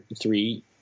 three